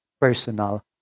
personal